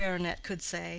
the baronet could say,